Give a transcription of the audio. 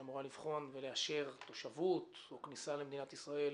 שאמורה לבחון ולאשר תושבות או כניסה למדינת ישראל